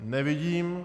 Nevidím.